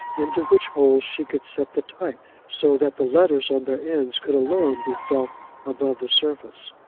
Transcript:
into which holes she could set the types so that the letters on their ends could alone be felt above the surface.